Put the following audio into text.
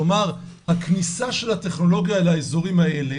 כלומר הכניסה של הטכנולוגיה לאזורים האלה,